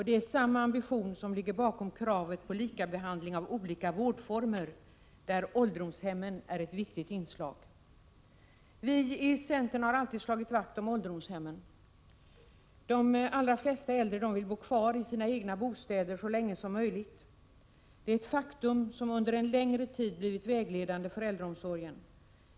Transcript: Det är samma ambition som ligger bakom kravet på likabehandling av olika vårdformer, där ålderdomshemmen är ett viktigt inslag. Vi i centern har alltid slagit vakt om ålderdomshemmen. De allra flesta äldre vill bo kvar i sina bostäder så länge som möjligt. Det är ett faktum som under en längre tid blivit vägledande för äldreomsorgen.